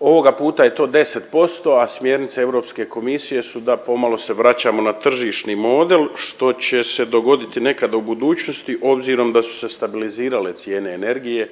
Ovoga puta je to 10%, a smjernice Europske komisije su da pomalo se vraćamo na tržišni model što će se dogoditi nekada u budućnosti obzirom da su se stabilizirale cijene energije